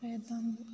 एतत्